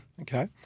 Okay